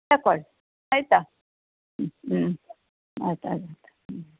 ತಕ್ಕೊಳ್ಳಿ ಆಯಿತಾ ಹ್ಞೂ ಹ್ಞೂ ಆಯ್ತು ಆಯ್ತು ಹ್ಞೂ